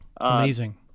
Amazing